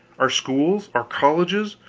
our schools, our colleges,